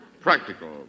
Practical